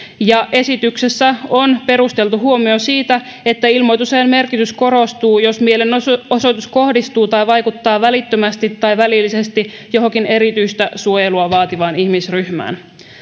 ja esityksessä on perusteltu huomio siitä että ilmoitusajan merkitys korostuu jos mielenosoitus kohdistuu tai vaikuttaa välittömästi tai välillisesti johonkin erityistä suojelua vaativaan ihmisryhmään